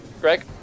Greg